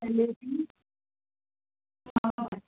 जलेबी और